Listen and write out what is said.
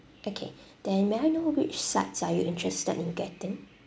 okay then may I know which sides are you interested in getting